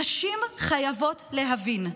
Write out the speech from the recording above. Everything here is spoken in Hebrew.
נשים חייבות להבין,